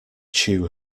chew